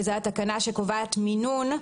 שזאת התקנה שקובעת מינון,